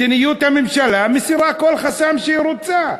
מדיניות הממשלה מסירה כל חסם שהיא רוצה,